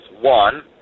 one